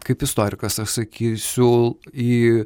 kaip istorikas aš sakysiu į